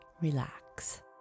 Relax